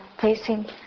facing